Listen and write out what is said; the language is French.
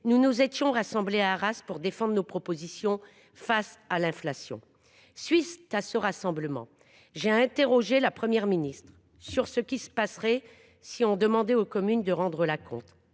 nous nous étions rassemblés à Arras pour défendre nos propositions face à l’inflation. À la suite de ce rassemblement, j’ai interrogé la Première ministre sur ce qui se passerait si l’on demandait aux communes de rendre l’acompte.